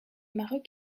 maroc